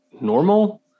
normal